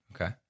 Okay